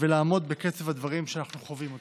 ולעמוד בקצב הדברים שאנחנו חווים.